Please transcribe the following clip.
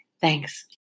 Thanks